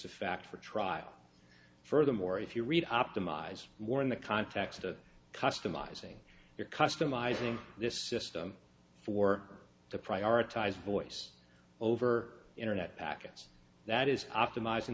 of fact for trial furthermore if you read optimize more in the context of customizing your customizing this system for the prioritized voice over internet packets that is optimiz